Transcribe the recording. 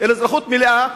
אלא על אזרחות מלאה,